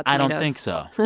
i don't think so.